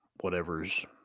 whatever's